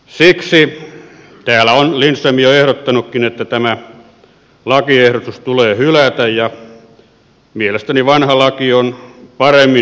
siksi täällä on lindström jo ehdottanutkin että tämä lakiehdotus tulee hylätä ja mielestäni vanha laki on paremmin tasapuolisesti toimiva